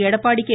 Edappadi K